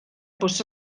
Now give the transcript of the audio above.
bws